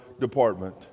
department